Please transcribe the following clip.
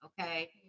okay